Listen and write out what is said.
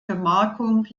gemarkung